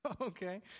Okay